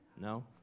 No